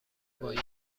باید